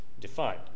defined